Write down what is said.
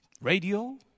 radio